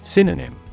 Synonym